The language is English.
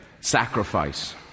sacrifice